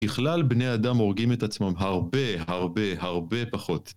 בכלל בני אדם הורגים את עצמם הרבה הרבה הרבה פחות